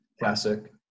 classic